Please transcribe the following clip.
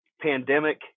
pandemic